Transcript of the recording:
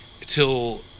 till